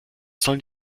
sollen